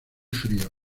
fríos